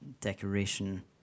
decoration